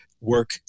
Work